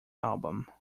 album